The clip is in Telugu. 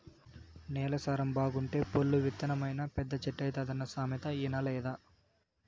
నేల సారం బాగుంటే పొల్లు ఇత్తనమైనా పెద్ద చెట్టైతాదన్న సామెత ఇనలేదా